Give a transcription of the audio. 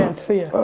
and see ya.